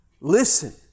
listen